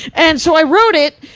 and so i wrote it,